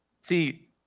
See